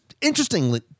interestingly